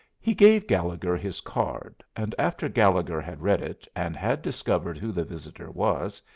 he gave gallegher his card, and after gallegher had read it, and had discovered who the visitor was,